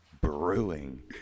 Brewing